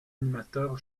animateur